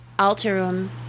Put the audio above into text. ...alterum